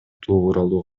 тууралуу